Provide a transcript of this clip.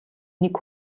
нэг